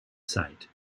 site